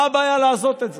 מה הבעיה לעשות את זה?